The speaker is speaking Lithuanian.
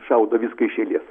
šaudo viską iš eilės